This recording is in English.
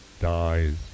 dies